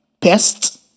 pest